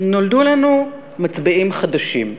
נולדו לנו מצביעים חדשים,